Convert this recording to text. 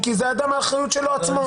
כי זו האחריות של האדם עצמו.